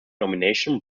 nomination